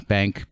Bank